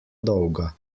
dolga